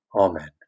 Amen